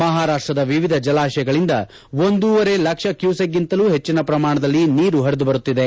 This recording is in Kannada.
ಮಹಾರಾಷ್ಟದ ವಿವಿಧ ಜಲಾಶಯಗಳಿಂದ ಒಂದುವರೆ ಲಕ್ಷ ಕ್ಕೂಸೆಕ್ಗಿಂತಲೂ ಪೆಚ್ಚಿನ ಪ್ರಮಾಣದಲ್ಲಿ ನೀರು ಪರಿದು ಬರುತ್ತಿದೆ